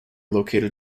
located